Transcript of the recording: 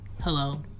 hello